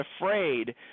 afraid